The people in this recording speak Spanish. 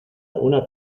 una